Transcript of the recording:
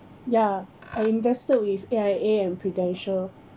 ya I invested with A_I_A and prudential